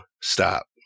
stop